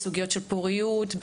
של פגיעות בפוריות,